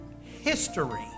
history